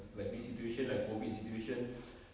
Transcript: like this situation like COVID situation